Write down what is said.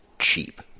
cheap